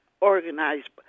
organized